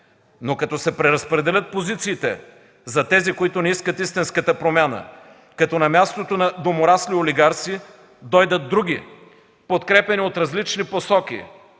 Но като се преразпределят позициите за тези, които не искат истинската промяна, като на мястото на доморасли олигарси дойдат други, подкрепяни от различни посоки,